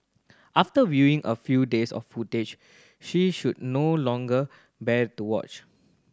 after viewing a few days of footage she should no longer bear to watch